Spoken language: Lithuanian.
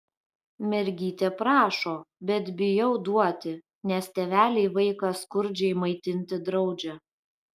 mergytė prašo bet bijau duoti nes tėveliai vaiką skurdžiai maitinti draudžia